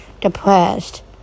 depressed